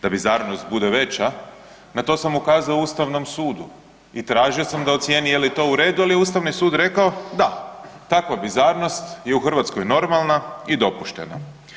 Da bizarnost bude veća na to sam ukazao Ustavnom sudu i tražio sam da ocijeni je li to u redu, ali je Ustavni sud rekao da takva bizarnost je u Hrvatskoj normalna i dopuštena.